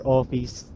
office